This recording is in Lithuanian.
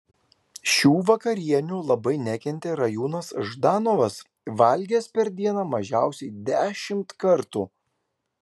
šių vakarienių labai nekentė rajūnas ždanovas valgęs per dieną mažiausiai dešimt kartų